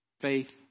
Faith